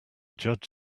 judge